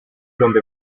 donde